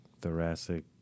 thoracic